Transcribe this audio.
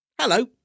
Hello